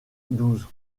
douze